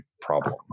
problem